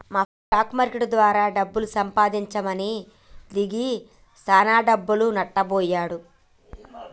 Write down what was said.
మాప్రెండు stock market ద్వారా డబ్బు సంపాదిద్దామని దిగి చానా డబ్బులు నట్టబొయ్యిండు